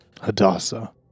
Hadassah